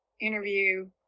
interview